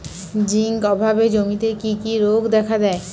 Zinc অভাবে জমিতে কি কি রোগ দেখাদেয়?